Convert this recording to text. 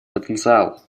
потенциал